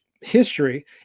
history